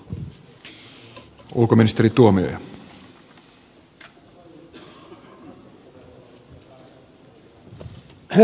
herra puhemies